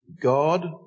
God